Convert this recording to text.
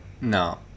No